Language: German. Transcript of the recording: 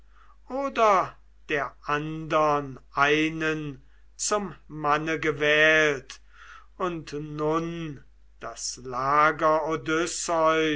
oder der andern einen zum manne gewählt und nun das